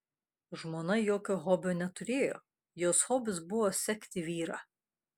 žmona jokio hobio neturėjo jos hobis buvo sekti vyrą